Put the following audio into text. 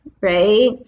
right